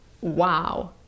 wow